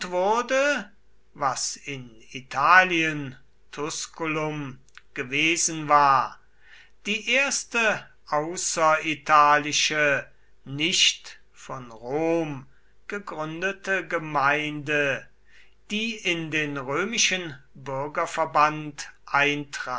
wurde was in italien tusculum gewesen war die erste außeritalische nicht von rom gegründete gemeinde die in den römischen